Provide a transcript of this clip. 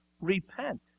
repent